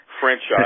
franchise